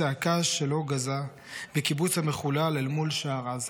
צעקה שלא גזה / בקיבוץ המחוּלל אל מול שער עזה.